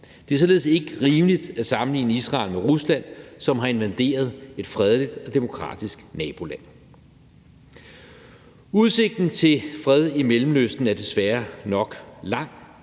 Det er således ikke rimeligt at sammenligne Israel med Rusland, som har invaderet et fredeligt og demokratisk naboland. Udsigten til fred i Mellemøsten er desværre nok lang.